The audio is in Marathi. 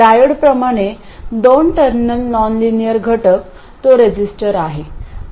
डायोडप्रमाणे दोन टर्मिनल नॉनलिनियर घटक तो रेझिस्टर आहे